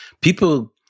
people